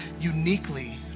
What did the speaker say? uniquely